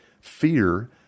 Fear